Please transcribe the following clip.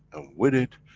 and with it,